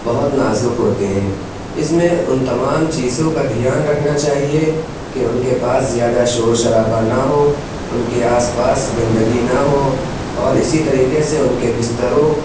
بہت نازک ہوتے ہیں اس میں ان تمام چیزوں کا دھیان رکھنا چاہیے کہ ان کے پاس زیادہ شور شرابہ نہ ہوں ان کے آس پاس گندگی نہ ہو اور اسی طریقے سے ان کے بستروں